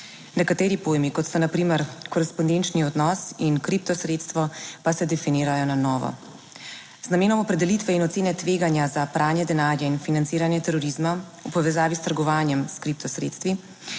Nekateri pojmi, kot sta na primer korespondenčni odnos in kripto sredstvo pa se definirajo na novo. Z namenom opredelitve in ocene tveganja za pranje denarja in financiranje terorizma v povezavi s trgovanjem s kripto sredstvi